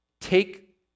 take